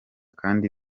kandi